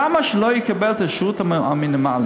למה שלא יקבל את השירות המינימלי?